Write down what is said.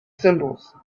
symbols